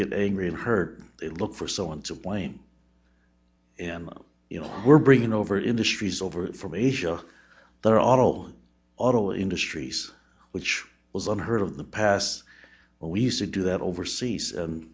get angry and hurt they look for someone to blame and you know we're bringing over industries over from asia they're all auto industries which was unheard of in the past when we used to do that overseas and